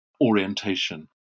orientation